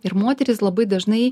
ir moterys labai dažnai